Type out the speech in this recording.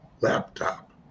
laptop